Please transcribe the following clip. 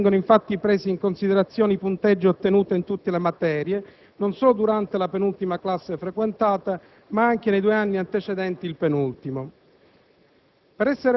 A tal fine vengono, infatti, presi in considerazione i punteggi ottenuti in tutte le materie, non solo durante la penultima classe frequentata, ma anche nei due anni antecedenti il penultimo.